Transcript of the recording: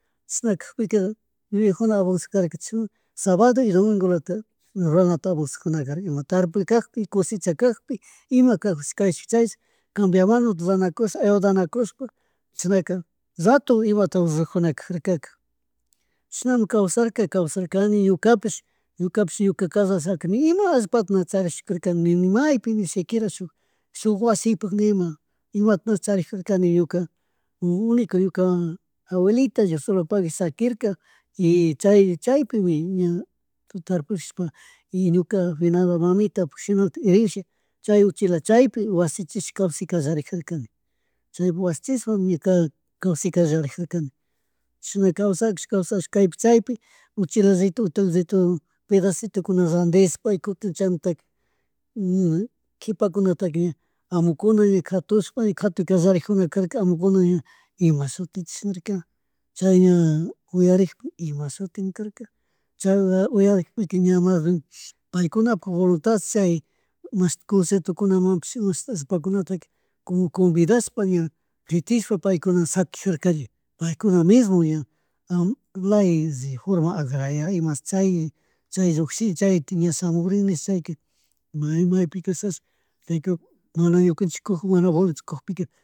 Chashnakakpika yuyak juna avansajirka chashna sabado y domingulata runata avanshajarikunaka ima tarpuy kagpi ima coshecha kakpi ima kakpi kayshuk chayshuk cambia mano runata kush ayudanakushpa chasnaka rato imata urakujunakajarkarka chishnami kawsarka, kawsarkani ñukapish ñukapish ñuka kallarashaka nima allpata na charsihparka ni maypi ni shikiera shuk, shuk wasipak nima imata mana charijarkani ñuka unico ñuka abuelita diioslopagui sakirka y chay chaypimi ña tarpurishpa y ñuka finado mamitapuk shinalatik herencia chay uchila chaypi washichish kawsi kallarijarkani chayapi wasichishpami ñuka kawsayka rarijarkani chishna kawshakush, kawshakush kaypi chaypi uchilallitu, utillallitu pedacitokunata randishpa y kutin chaymuta kipakunataka ña amukuna ña katushpa y katuy kallarijunaka amukuna ña ima shutichi chishna karka chay ña uyarikpi imashutimmi karka, chay uyarijika ña mari paykunapuk voluntad chay mashti conciertokumapush allpakunataka como convedashpa ña fitisha paykuna shaqui rirkari paykuna mismo ña layes, Reforma Agraria ima chay chay llullin chaytik ña shamugrin nishaka may maypikashash payka ñukanchik kug mana boletos kukpika